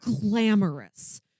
glamorous